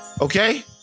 Okay